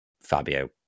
Fabio